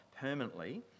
permanently